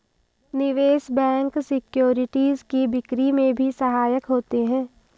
निवेश bank securities की बिक्री में भी सहायक होते हैं